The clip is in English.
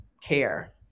care